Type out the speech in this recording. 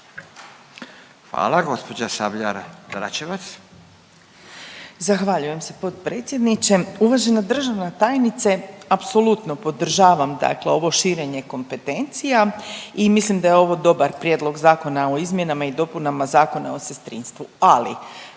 Hvala. Gospođa Sabljar Dračevac.